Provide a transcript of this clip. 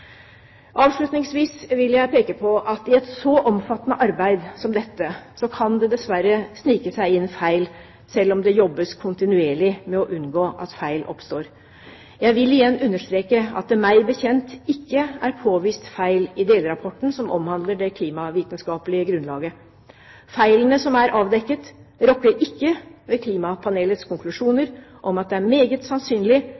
Avslutningsvis vil jeg peke på at i et så omfattende arbeid som dette kan det dessverre snike seg inn feil, selv om det jobbes kontinuerlig med å unngå at feil oppstår. Jeg vil igjen understreke at det så vidt jeg vet, ikke er påvist feil i delrapporten som omhandler det klimavitenskapelige grunnlaget. Feilene som er avdekket, rokker ikke ved klimapanelets